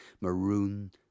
maroon